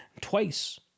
Twice